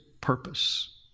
purpose